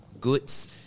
goods